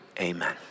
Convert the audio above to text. Amen